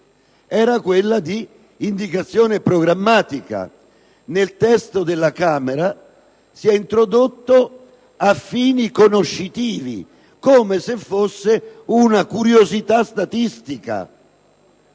era quella di un'indicazione programmatica; nel testo della Camera si è introdotto «a fini conoscitivi», come se fosse una curiosità statistica.